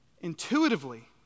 Intuitively